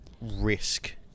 risk